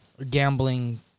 Gambling